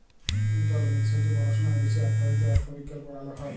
economics হছে পড়াশুলার বিষয় অথ্থলিতি, অথ্থবিজ্ঞাল পড়াল হ্যয়